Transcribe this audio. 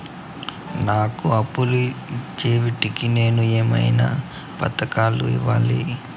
నాకు అప్పు ఇచ్చేకి నేను ఏమేమి పత్రాలు ఇవ్వాలి